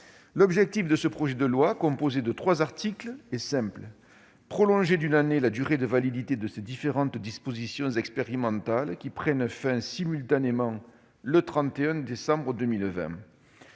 L'objet de ce projet de loi, composé de trois articles, est simple : prolonger d'une année la durée de validité de ces différentes dispositions expérimentales, qui prennent fin simultanément le 31 décembre